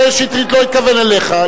מאיר שטרית לא התכוון אליך.